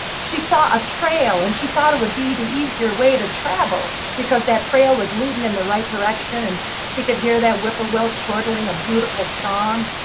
she saw a trail, and she thought it would be the easier way to travel, because that trail was leading in the right direction, and she could hear that whippoorwill chortling a beautiful song.